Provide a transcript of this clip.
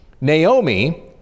Naomi